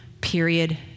period